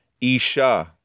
Isha